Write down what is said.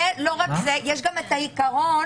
ויש גם העיקרון